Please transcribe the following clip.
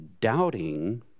doubting